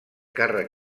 càrrec